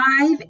five